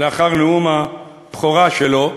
לאחר נאום הבכורה שלו,